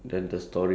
ya